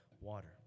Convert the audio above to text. water